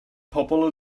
pobol